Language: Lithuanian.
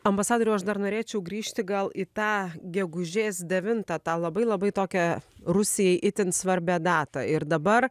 ambasadoriau aš dar norėčiau grįžti gal į tą gegužės devintą tą labai labai tokią rusijai itin svarbią datą ir dabar